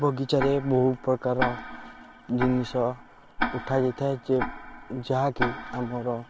ବଗିଚାରେ ବହୁ ପ୍ରକାର ଜିନିଷ ଉଠାଯାଇଥାଏ ଯେ ଯାହାକି ଆମର